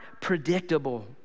predictable